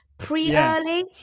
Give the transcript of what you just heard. pre-early